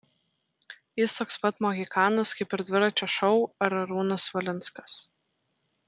jis toks pat mohikanas kaip ir dviračio šou ar arūnas valinskas